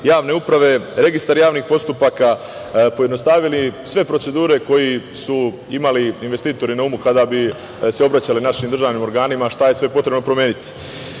javne uprave, registar javnih postupaka, pojednostavili sve procedure koji su imali investitori na umu kada bi se obraćali našim državnim organima šta je sve potrebno promeniti. Usvojili